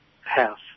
House